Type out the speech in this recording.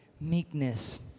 Meekness